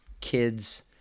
kids